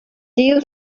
deal